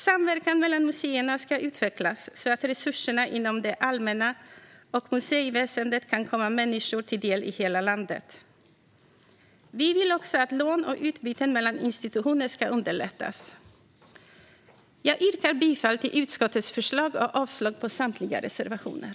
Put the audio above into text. Samverkan mellan museerna ska utvecklas så att resurserna inom det allmänna museiväsendet kan komma människor till del i hela landet. Vi vill också att lån och utbyten mellan institutioner ska underlättas. Jag yrkar bifall till utskottets förslag och avslag på samtliga reservationer.